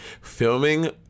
Filming